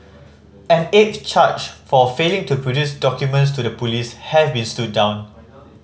an eighth charge for failing to produce documents to the police has been stood down